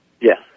Yes